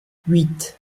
huit